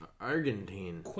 Argentine